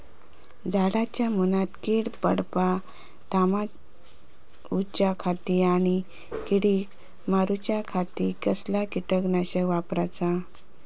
झाडांच्या मूनात कीड पडाप थामाउच्या खाती आणि किडीक मारूच्याखाती कसला किटकनाशक वापराचा?